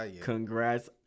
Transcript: Congrats